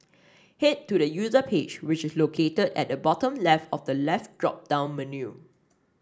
head to the user page which is located at the bottom left of the left drop down menu